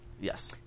Yes